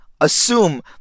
Assume